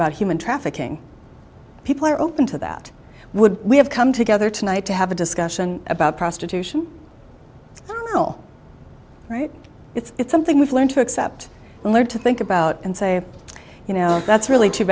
about human trafficking people are open to that would we have come together tonight to have a discussion about prostitution all right it's something we've learned to accept and learn to think about and say you know that's really too